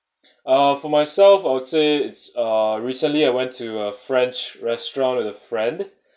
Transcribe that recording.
uh for myself I would say it's uh recently I went to a french restaurant with a friend